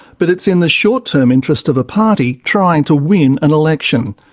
but it's in the short-term interests of a party trying to win an election.